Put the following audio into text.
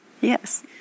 yes